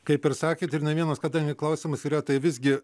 kaip ir sakėt ir ne vienas kadangi klausimas yra tai visgi